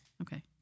Okay